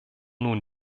nun